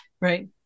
Right